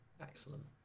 Excellent